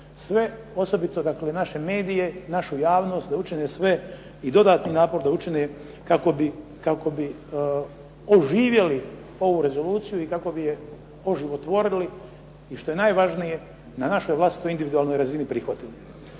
sve, osobito dakle naše medije, našu javnost da učine sve, i dodatni napor da učine kako bi oživjeli ovu rezoluciju i kako bi je oživotvorili i što je najvažnije na našoj vlastitoj individualnoj razini prihvatili.